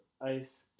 ice